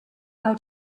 how